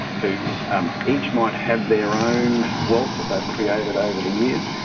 who each might have their own wealth that they've created over the years,